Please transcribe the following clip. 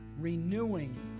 Renewing